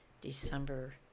December